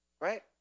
right